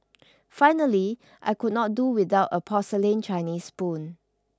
finally I could not do without a porcelain Chinese spoon